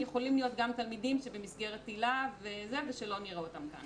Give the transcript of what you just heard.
יכולים להיות גם תלמידים במסגרת היל"ה ושלא נראה אותם כאן.